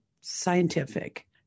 scientific